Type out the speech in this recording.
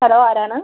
hello ആരാണ്